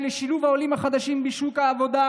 לשילוב העולים החדשים בשוק העבודה,